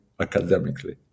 academically